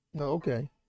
Okay